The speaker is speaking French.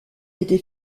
était